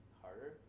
harder